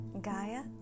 Gaia